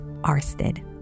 Arsted